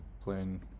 playing